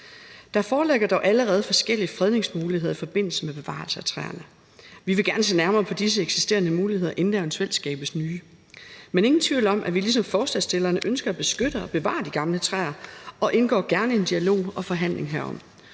Der foreligger dog allerede forskellige fredningsmuligheder i forbindelse med bevarelse af træer. Vi vil gerne se nærmere på disse eksisterende muligheder, inden der eventuelt skabes nye. Men der er ingen tvivl om, at vi ligesom forslagsstillerne ønsker at beskytte og bevare de gamle træer, og vi indgår gerne i en dialog og forhandling herom.